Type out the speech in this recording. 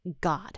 God